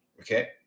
Okay